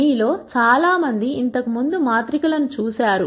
మీలో చాలామంది ఇంతకు ముందు మాత్రికలను చూసారు